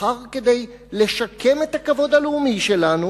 שנבחר כדי לשקם את הכבוד הלאומי שלנו,